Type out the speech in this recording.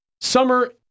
Summer